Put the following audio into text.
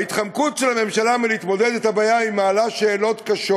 ההתחמקות של הממשלה מלהתמודד עם הבעיה מעלה שאלות קשות.